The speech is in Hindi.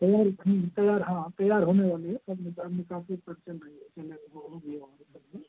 तैयार रखेंगे तैयार हाँ तैयार होने वाली है सब निकाल निकाल कर बनाएँगे चना के गोहूँ भी है और सब्ज़ी